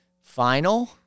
final